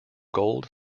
gold